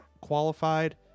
qualified